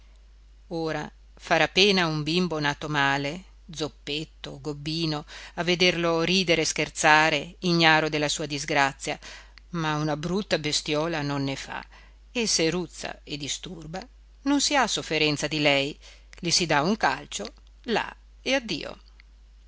ora farà pena un bimbo nato male zoppetto o gobbino a vederlo ridere e scherzare ignaro della sua disgrazia ma una brutta bestiola non ne fa e se ruzza e disturba non si ha sofferenza per lei le si dà un calcio là e addio